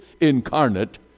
incarnate